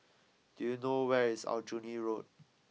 do you know where is Aljunied Road